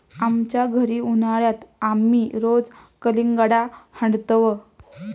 आमच्या घरी उन्हाळयात आमी रोज कलिंगडा हाडतंव